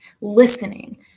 listening